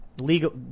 legal